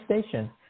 station